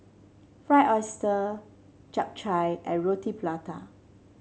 Fried Oyster Chap Chai and Roti Prata